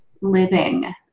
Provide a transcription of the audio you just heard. living